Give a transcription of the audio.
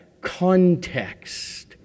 context